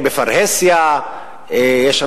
אומנם לא תמיד אבל פעמים רבות,